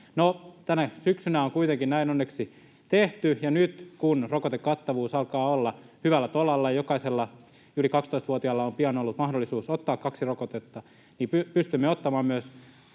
tänä syksynä on kuitenkin näin onneksi tehty, ja nyt kun rokotekattavuus alkaa olla hyvällä tolalla ja jokaisella yli 12-vuotiaalla on pian ollut mahdollisuus ottaa kaksi rokotetta, niin pystymme myös